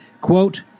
quote